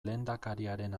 lehendakariaren